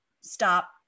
stop